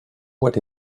what